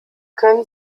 können